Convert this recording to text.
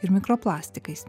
ir mikroplastikais